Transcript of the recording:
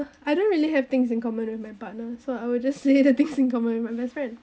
I don't really have things in common with my partner so I will just say the things in common with my best friend